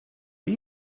are